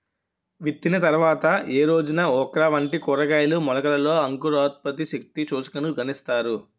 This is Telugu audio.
విత్తిన తర్వాత ఏ రోజున ఓక్రా వంటి కూరగాయల మొలకలలో అంకురోత్పత్తి శక్తి సూచికను గణిస్తారు?